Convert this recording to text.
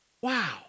Wow